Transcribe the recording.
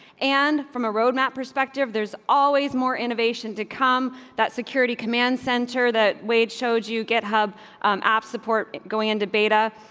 and from a roadmap perspective, there's always more innovation to come. that security command center that wade showed you get hub ap support going into beta,